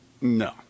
no